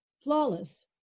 Flawless